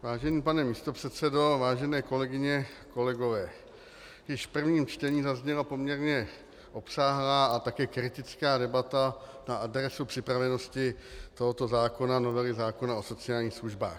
Vážený pane místopředsedo, vážené kolegyně, kolegové, již v prvním čtení zazněla poměrně obsáhlá a také kritická debata na adresu připravenosti této novely zákona o sociálních službách.